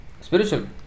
spiritual